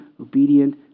obedient